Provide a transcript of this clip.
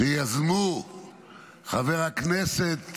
שיזמו חבר הכנסת